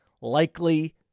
likely